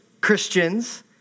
Christians